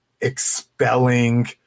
expelling